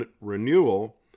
renewal